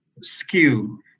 skew